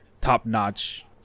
top-notch